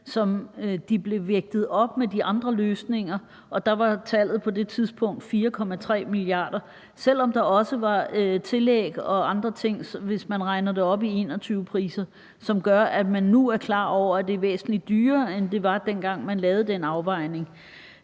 som blev vejet op mod de andre løsninger, og der var tallet på det tidspunkt 4,3 mia. kr., selv om der også var tillæg og andre ting, hvis man regner det op i 2021-priser, som gør, at man nu er klar over, at det er væsentlig dyrere, end det var, dengang man lavede den afvejning.